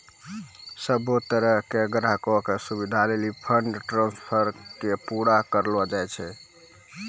सभ्भे तरहो के ग्राहको के सुविधे लेली फंड ट्रांस्फर के पूरा करलो जाय छै